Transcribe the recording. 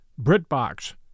BritBox